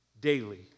daily